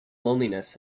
loneliness